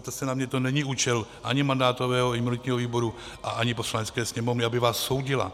Nezlobte se na mě, to není účel ani mandátového imunitního výboru ani Poslanecké sněmovny, aby vás soudila.